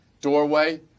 doorway